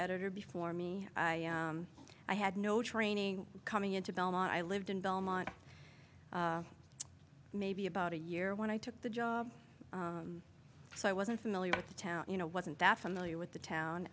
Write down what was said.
editor before me i had no training coming into belmont i lived in belmont maybe about a year when i took the job so i wasn't familiar with the town you know wasn't that familiar with the town